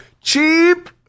Cheap